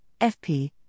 FP